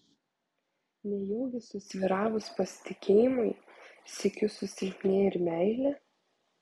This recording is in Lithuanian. nejaugi susvyravus pasitikėjimui sykiu susilpnėja ir meilė